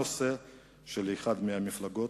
וברית הזוגיות היתה ה-נושא של אחת מהמפלגות,